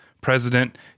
president